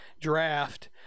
draft